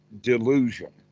delusion